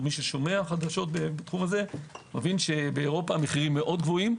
מבין שהמחירים מאוד גבוהים,